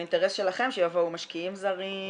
באינטרס שלכם שיבואו משקיעים זרים.